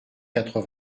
quatre